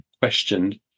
questioned